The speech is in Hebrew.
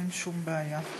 אין שום בעיה.